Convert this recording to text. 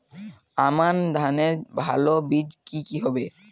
আমান ধানের ভালো বীজ কি কি হবে?